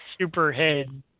Superhead